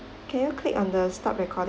can you click on the stop record